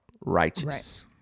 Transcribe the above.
righteous